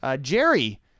Jerry